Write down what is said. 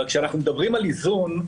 אבל כשאנחנו מדברים על איזון,